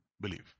believe